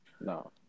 No